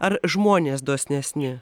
ar žmonės dosnesni